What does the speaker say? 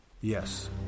yes